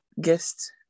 guest